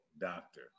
doctor